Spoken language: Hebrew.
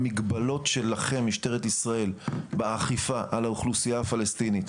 והמגבלות של משטרת ישראל באכיפה על האוכלוסייה הפלסטינית